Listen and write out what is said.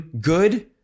good